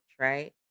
right